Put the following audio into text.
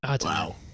Wow